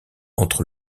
entre